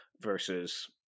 versus